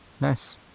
nice